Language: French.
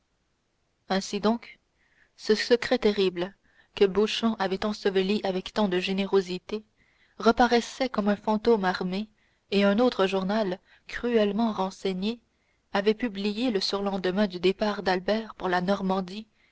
ainsi donc ce secret terrible que beauchamp avait enseveli avec tant de générosité reparaissait comme un fantôme armé et un autre journal cruellement renseigné avait publié le surlendemain du départ d'albert pour la normandie